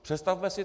Představme si to.